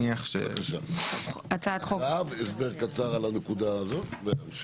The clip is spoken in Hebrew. בבקשה, הקראה, הסבר קצר על הנקודה הזאת ונמשיך.